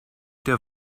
der